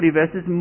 verses